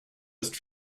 ist